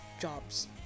jobs